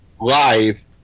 live